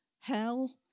hell